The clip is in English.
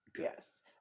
Yes